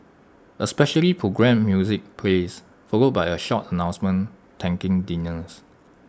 A specially programmed music plays followed by A short announcement thanking dinners